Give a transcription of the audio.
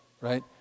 right